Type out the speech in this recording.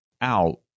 out